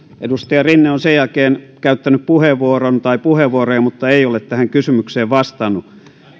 edustaja rinne on sen jälkeen käyttänyt puheenvuoroja mutta ei ole tähän kysymykseen vastannut